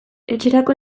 etxerako